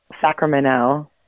Sacramento